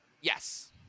Yes